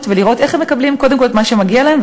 ולראות איך הם מקבלים קודם כול את מה שמגיע להם,